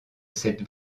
cette